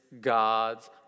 God's